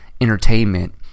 entertainment